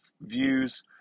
views